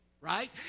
right